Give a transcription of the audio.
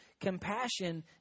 Compassion